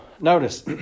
notice